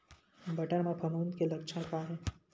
बटर म फफूंद के लक्षण का हे?